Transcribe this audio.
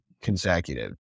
consecutive